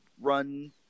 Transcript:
run